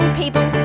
people